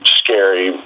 scary